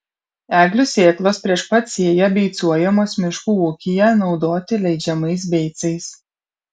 eglių sėklos prieš pat sėją beicuojamos miškų ūkyje naudoti leidžiamais beicais